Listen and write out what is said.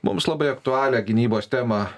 mums labai aktualią gynybos temą